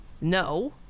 No